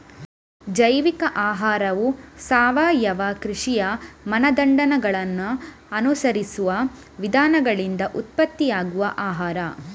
ಜೈವಿಕ ಆಹಾರವು ಸಾವಯವ ಕೃಷಿಯ ಮಾನದಂಡಗಳನ್ನ ಅನುಸರಿಸುವ ವಿಧಾನಗಳಿಂದ ಉತ್ಪತ್ತಿಯಾಗುವ ಆಹಾರ